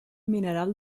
mineral